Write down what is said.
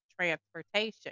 transportation